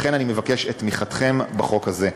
לכן אני מבקש את תמיכתכם בחוק הזה.